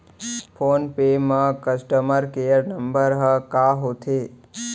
Phone पे म customer care number ह का होथे?